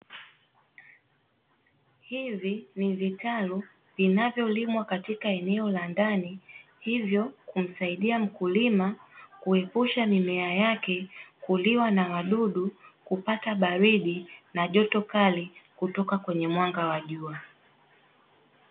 Hivi ni vitalu vinavyolimwa katika eneo la ndani hivyo kumsaidia mkulima kuepusha mimea yake kuliwa na wadudu, kupata baridi na joto kali kutoka kwenye mwanga wa jua.